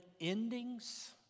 endings